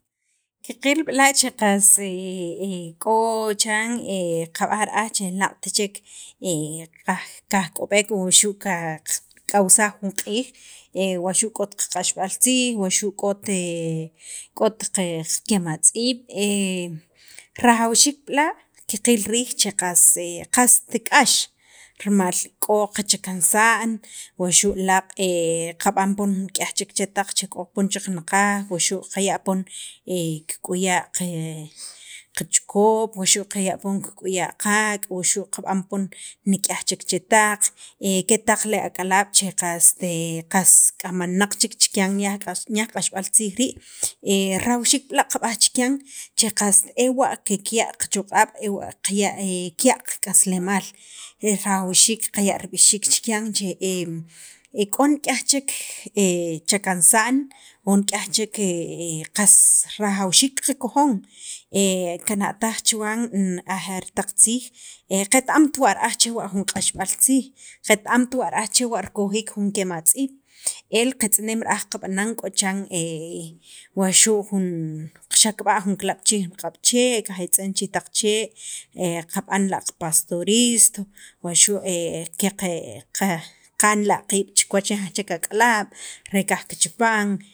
qaqil b'la' che qas k'o chan qab'aj ra'aj che laaq't chek kaj kajk'ob'ek wuxu' qaq qak'awsaj jun q'iij wuxu' k'ot qaq'axb'al tziij wuxu' k'ot k'ot qeqakematz'iib' rajawxiik b'la' qaqil riij che qas qast k'ax rimal k'o qachakansa'n wuxu' laaq' qab'an poon nik'yaj chek chetaq che k'o poon chaqanaqaj, wuxu' qaya' poon qe qachikop, qaya' poon kik'uya' qaak' wuxu' qab'an poon nik'yaj chek chetaq ketaq taq ak'alaab' che qast qas k'amanaq chek chikyan nik'yaj q'axb'al tziij rii' rajawxiik b'la' qab'aj chikyan che qast ewa' kekya' qachoq'ab' ewa' kiya' qak'aslemaal jawxiik qaya' rib'ixiik chikyan k'o nik'yaj chek chakansa'n o nik'yaj chek qas rajawxiik qakojon kana'taj chuwan ajeer taq tziij qet- amt wa ra'aj chewa' jun q'axb'al taq tziij qet- amt wa ra'aj chewa' rikojiik jun kematz'iib', el qetz'eneem ra'aj qab'anan k'o chan wa xu' qaxaqb'a' chiriij riq'ab' chee' qajetz'en chi riij taq chee' qab'an la' pastoristo waxu' qaqe qnla' qiib' chi kiwach nik'yaj chek ak'alaab' re kajkichapan.